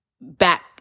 back